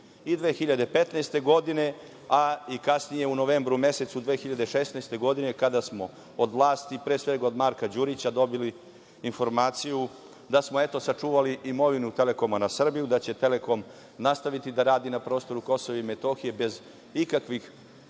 i 2015. godine, a i kasnije u novembru mesecu 2016. godine kada smo od vlasti, pre svega od Marka Đurića, dobili informaciju da smo eto sačuvali imovinu „Telekoma“ na Srbiju, da će „Telekom“ nastaviti da radi na prostoru Kosova i Metohije bez ikakvih